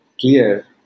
clear